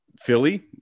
Philly